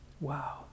Wow